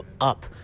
up